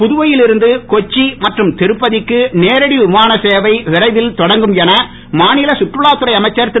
புதுவையில் இருந்து கொச்சி மற்றும் திருப்பதிக்கு நேரடி விமான சேவை விரைவில் தொடங்கும் என சுற்றுலாத்துறை அமைச்சர் திரு